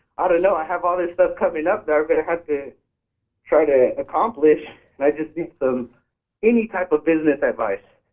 i don't know. i have all the stuff coming up that but i have to try to accomplish and i just need some any type of business advice.